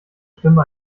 stimme